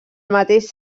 mateix